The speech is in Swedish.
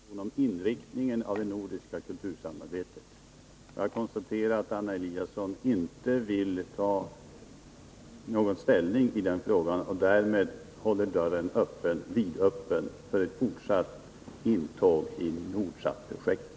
Herr talman! Vad det nu gäller är inte en diskussion om tidtabellen utan en diskussion om inriktningen av det nordiska kultursamarbetet. Jag konstaterar att Anna Eliasson inte vill ta någon ställning i den frågan och därmed håller dörren vidöppen för ett fortsatt intåg i Nordsatprojektet.